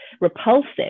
repulsive